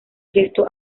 gesto